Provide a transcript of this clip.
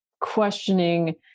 questioning